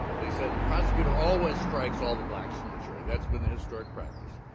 they said the prosecutor always strikes all the blacks from the jury. that's been the historic practice.